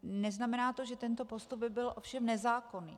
Neznamená to, že tento postup by byl ovšem nezákonný.